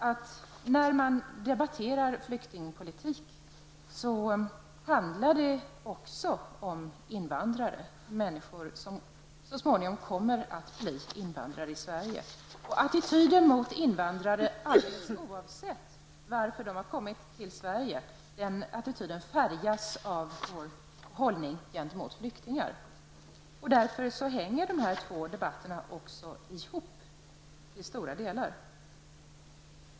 Men när man diskuterar flyktingpolitiken handlar det också om invandrare, människor som så småningom kommer att bli invandrare i Sverige. Attityden mot invandrare -- alldeles oavsett varför de kommit till Sverige -- färgas av vår hållning till flyktingar. Därför hänger dessa två debatter ihop till stora delar.